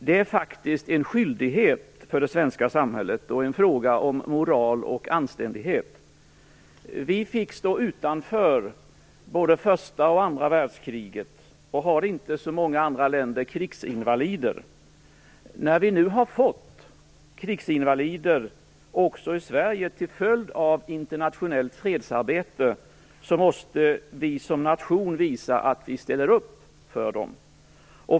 Det är faktiskt en skyldighet för det svenska samhället, och det är en fråga om moral och anständighet. Sverige fick stå utanför både första och andra världskriget och har inte, som många andra länder, haft krigsinvalider. När vi nu har fått krigsinvalider också i Sverige, till följd av internationellt fredsarbete, måste Sverige som nation visa att det ställer upp för dem.